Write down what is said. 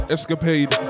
Escapade